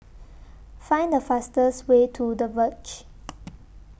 Find The fastest Way to The Verge